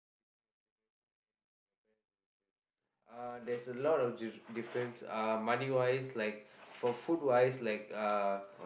between your generation and your parents generation uh there's a lot of d~ difference uh money wise like for food wise like uh